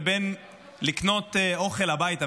לבין לקנות אוכל הביתה.